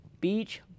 Beach